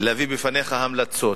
להביא בפניך המלצות.